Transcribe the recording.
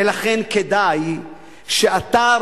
ולכן כדאי שאתה,